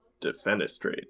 defenestrate